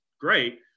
great